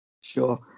Sure